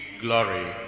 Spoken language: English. glory